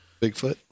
Bigfoot